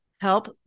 help